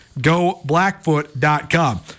goblackfoot.com